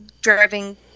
driving